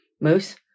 Moose